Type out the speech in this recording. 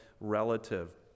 relative